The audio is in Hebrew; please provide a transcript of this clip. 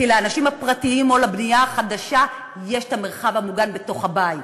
כי לאנשים הפרטיים ובבנייה החדשה יש את המרחב המוגן בתוך הבית.